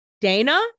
Dana